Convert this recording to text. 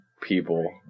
people